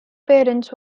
parents